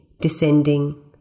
descending